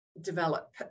develop